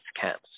camps